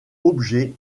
objets